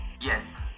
Yes